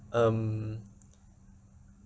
um